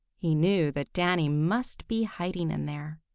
he knew that danny must be hiding in there.